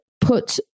put